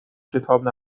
کتاب